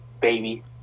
baby